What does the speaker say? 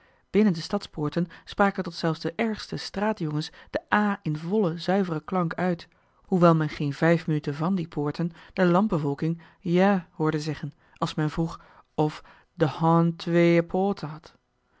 binnen de stadspoorten spraken tot zelfs de ergste straatjongens de aa in vollen zuiveren klank uit hoewel men geen vijf minuten van die poorten de landbevolking jae hoorde zeggen als men vroeg of de hoan tweëe poaten had